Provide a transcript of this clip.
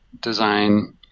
design